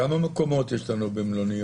כמה מקומות יש לנו במלוניות